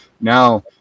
now